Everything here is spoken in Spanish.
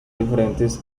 diferentes